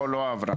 לא עבר.